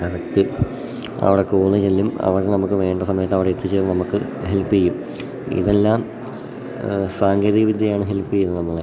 correct അവിടെ കോളേജെല്ലാം അവിടെ നമുക്ക് വേണ്ട സമയത്തവിടെ എത്തിച്ചേരും നമുക്ക് ഹെൽപ്പ് ചെയ്യും ഇതെല്ലാം സാങ്കേതിക വിദ്യയാണ് ഹെൽപ്പ് ചെയ്യുന്നത് നമ്മളെ